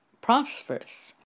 prosperous